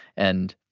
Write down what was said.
and,